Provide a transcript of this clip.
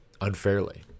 unfairly